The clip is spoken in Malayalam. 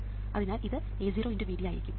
അതിനാൽ ഇത് A0×Vd ആയിരിക്കും